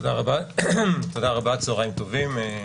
תודה רבה, צהרים טובים.